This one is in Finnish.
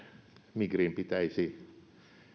migrin pitäisi